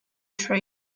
tree